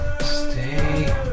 Stay